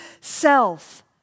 self